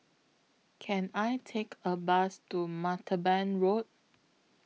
Can I Take A Bus to Martaban Road